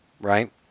Right